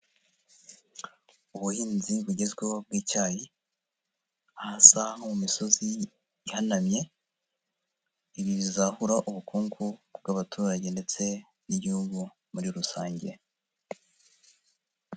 Ubuhinzi bugezweho bw'icyayi, ahasa nko mu misozi ihanamye, ibi bizahura ubukungu bw'abaturage, ndetse n'igihugu muri rusange.